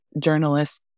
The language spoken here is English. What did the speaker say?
journalists